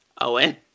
Owen